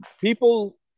people